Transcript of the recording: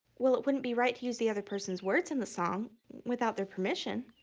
well, it wouldn't be right to use the other person's words in the song without their permission.